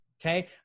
Okay